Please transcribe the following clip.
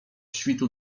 świtu